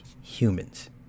humans